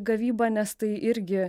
gavybą nes tai irgi